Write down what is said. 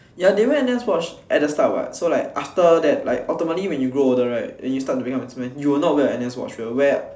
ya they wear N_S watch at the start what so like after that like ultimately when you grow older right and you start to becoming a business you will not wear a N_S watch you will wear